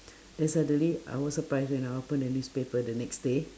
then suddenly I was surprised when I open the newspaper the next day